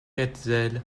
hetzel